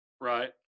Right